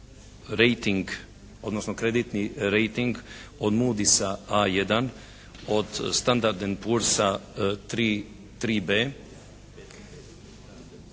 odnosno kreditni rejting od Moody's-a A1, od Standard & Poors-a 3B